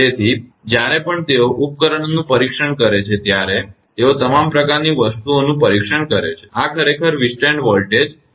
તેથી જ્યારે પણ તેઓ ઉપકરણોનું પરીક્ષણ કરે છે ત્યારે તેઓ તમામ પ્રકારની વસ્તુઓનું પરીક્ષણ કરે છે આ ખરેખર વીથસ્ટેન્ડ વોલ્ટેજવોલ્ટેજ સામે ટકી રહે છે